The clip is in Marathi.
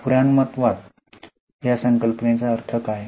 पुराणमतवाद या संकल्पनेचा अर्थ काय